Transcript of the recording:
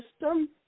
system